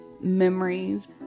memories